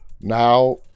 Now